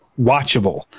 watchable